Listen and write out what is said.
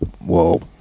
whoa